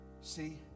See